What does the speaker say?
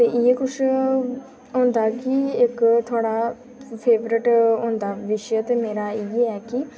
ते इ'यै कुछ होंदा कि इक थुआढ़ा फेवरेट होंदा विशे ते मेरा इ'यै कि